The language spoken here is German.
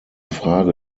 frage